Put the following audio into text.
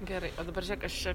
gerai o dabar žiūrėk aš čia